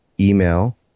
email